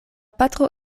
patro